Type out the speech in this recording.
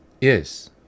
Yes